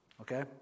okay